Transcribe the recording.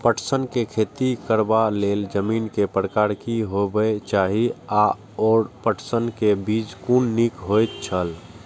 पटसन के खेती करबाक लेल जमीन के प्रकार की होबेय चाही आओर पटसन के बीज कुन निक होऐत छल?